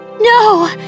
No